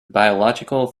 biological